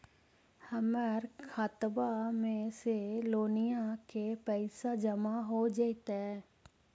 हमर खातबा में से लोनिया के पैसा जामा हो जैतय?